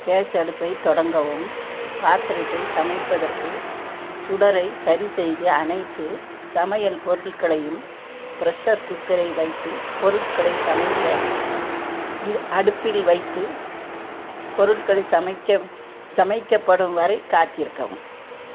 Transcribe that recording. case அடுப்பை தொடங்கவும் பாத்திரத்தை சமைப்பதற்கு சுடரை சரிசெய்து அனைத்து சமையல் பொருட்களையும் பிரஷர் குக்கரை வைத்து பொருட்களை சமைக்க அடுப்பில் வைத்து பொருட்களை சமைக்க சமைக்கப்படும் வரை காத்திருக்கவும்